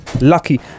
Lucky